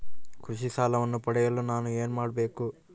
ಕೃಷಿ ಸಾಲವನ್ನು ಪಡೆಯಲು ನಾನು ಏನು ಮಾಡಬೇಕು?